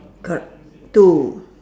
corre~ two